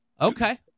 Okay